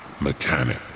Mechanic